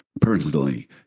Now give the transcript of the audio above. personally